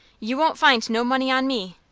you won't find no money on me.